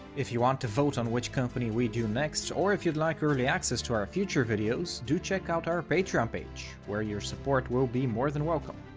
if you want to vote on which company we do next or if you'd like early access to our future videos, do check out our patreon page, where your support will be more than welcome.